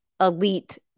elite